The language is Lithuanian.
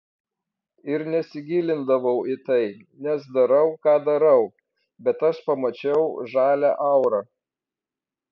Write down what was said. ir nesigilindavau į tai nes darau ką darau bet aš pamačiau žalią aurą